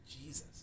Jesus